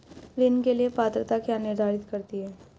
ऋण के लिए पात्रता क्या निर्धारित करती है?